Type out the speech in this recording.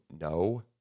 no